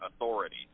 Authority